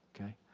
okay